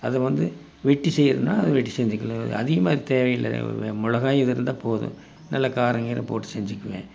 அதை வந்து வெட்டி செய்கிறதுன்னா அதை வெட்டி செஞ்சுக்கலாம் அதிகமாக தேவையில்லை மிளகாயும் இதுவும் இருந்தால் போதும் நல்லா காரங்கீரம் போட்டு செஞ்சுக்குவேன்